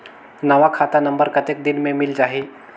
नवा खाता नंबर कतेक दिन मे मिल जाही?